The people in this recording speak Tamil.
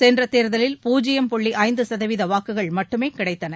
சென்ற தேர்தலில் பூஜ்யம் புள்ளி ஐந்து சதவீத வாக்குகள் மட்டுமே கிடைத்தன